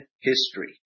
history